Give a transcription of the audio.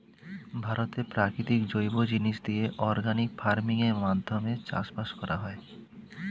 ভারতে প্রাকৃতিক জৈব জিনিস দিয়ে অর্গানিক ফার্মিং এর মাধ্যমে চাষবাস করা হয়